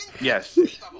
Yes